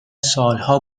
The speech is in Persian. سالها